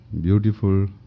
beautiful